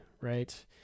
right